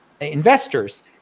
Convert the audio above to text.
investors